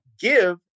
give